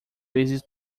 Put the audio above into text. vezes